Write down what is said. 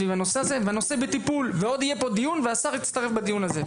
סביב הנושא הזה והנושא בטיפול ועוד יהיה פה דיון והשר יצטרף לדיון הזה,